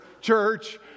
church